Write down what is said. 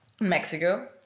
Mexico